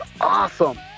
awesome